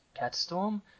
Catstorm